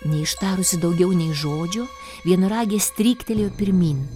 neištarusi daugiau nei žodžio vienaragis stryktelėjo pirmyn